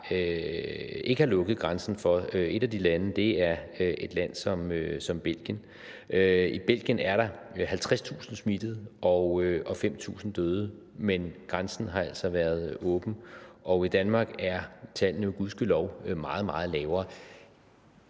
ikke har lukket grænsen for, er et land som Belgien. I Belgien er der 50.000 smittede og 5.000 døde, men grænsen har altså været åben, og i Danmark er tallene gudskelov meget, meget lavere.